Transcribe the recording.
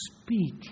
speak